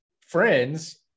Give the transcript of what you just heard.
friends